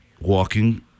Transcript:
walking